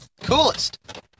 coolest